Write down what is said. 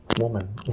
woman